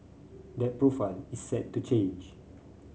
that profile is set to change